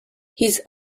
his